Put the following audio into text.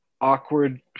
awkward